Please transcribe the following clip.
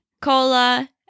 Cola